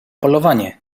polowanie